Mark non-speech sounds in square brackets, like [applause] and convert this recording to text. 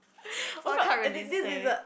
[breath] !wah! can't really say